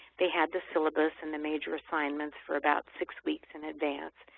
they had the syllabus and the major assignments for about six weeks in advance,